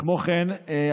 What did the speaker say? כמו כן המשרד